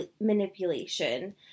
manipulation